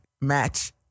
match